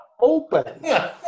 Open